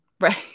Right